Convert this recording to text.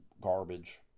garbage